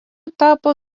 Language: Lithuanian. tapo